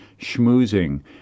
schmoozing